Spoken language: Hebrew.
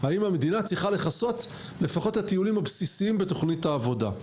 האם המדינה צריכה לכסות לפחות את הטיולים הבסיסיים בתכנית העבודה?